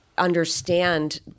understand